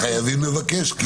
חייבים לבקש?